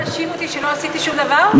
כבוד השר מאשים אותי שלא עשיתי שום דבר,